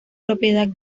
propiedad